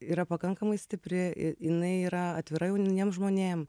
yra pakankamai stipri jinai yra atvira jauniem žmonėm